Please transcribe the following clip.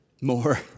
more